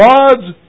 God's